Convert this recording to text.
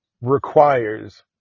requires